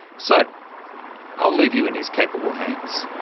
so i'll leave you in his capable hands.